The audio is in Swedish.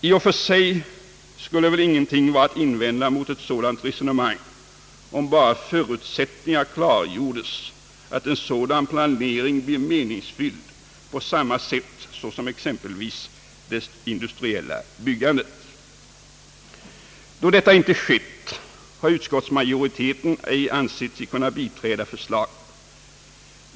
I och för sig skulle väl ingenting vara att invända mot ett sådant resonemang, om bara förutsättningar klargjordes att en sådan planering blir meningsfylld på samma sätt som exempelvis det industriella byggandet. Då detta inte skett har utskottsmajoriteten ej ansett sig kunna biträda förslaget.